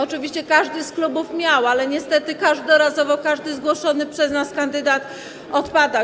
Oczywiście każdy klub miał, ale niestety każdorazowo każdy zgłoszony przez nas kandydat odpadał.